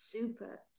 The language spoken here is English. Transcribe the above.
super